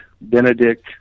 Benedict